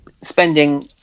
spending